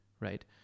right